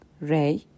Ray